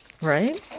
Right